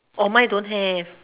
mine don't have